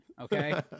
okay